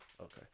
Okay